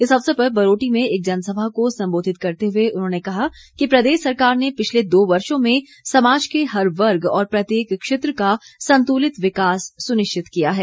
इस अवसर पर बरोटी में एक जनसभा को संबोधित करते हुए उन्होंने कहा कि प्रदेश सरकार ने पिछले दो वर्षों में समाज के हर वर्ग और प्रत्येक क्षेत्र का संतुलित विकास सुनिश्चित किया है